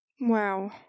Wow